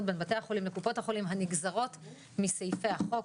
בין בתי החולים לקופות החולים הנגזרות מסעיפי החוק.